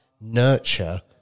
nurture